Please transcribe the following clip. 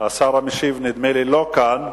נדמה לי שהשר המשיב לא כאן.